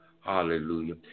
Hallelujah